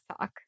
talk